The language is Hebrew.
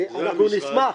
אנחנו נשמח.